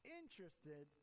interested